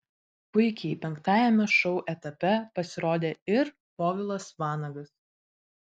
puikiai penktajame šou etape pasirodė ir povilas vanagas